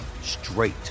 straight